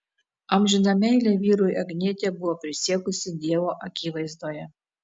amžiną meilę vyrui agnietė buvo prisiekusi dievo akivaizdoje